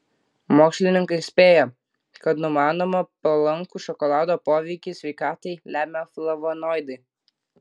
mokslininkai spėja kad numanomą palankų šokolado poveikį sveikatai lemia flavonoidai